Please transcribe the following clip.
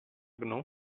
gnu